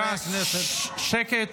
חברי הכנסת --- סליחה, שקט.